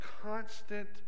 constant